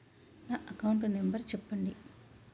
నా account number చెప్పండి?